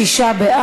47) (מניעת השתתפות בבחירות בשל התבטאות מועמד) לוועדת החוקה,